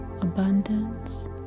abundance